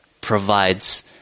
provides